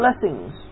blessings